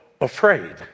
afraid